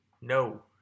no